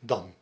dan